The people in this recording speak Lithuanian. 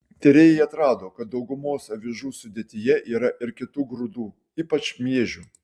tyrėjai atrado kad daugumos avižų sudėtyje yra ir kitų grūdų ypač miežių